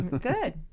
Good